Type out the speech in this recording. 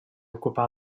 ocupar